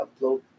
upload